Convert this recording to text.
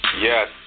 yes